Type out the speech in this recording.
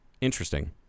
Interesting